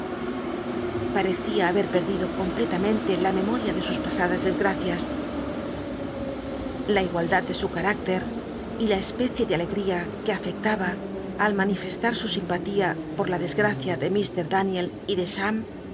parecía haber pci iido completamente la memoria de sus pasadas desgracias la igualdad de su carliclc y la especie de alegria que afectaba al manifestar su simpatía por la desgracia de llh daniel y